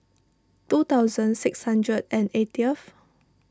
two thousand six hundred and eightieth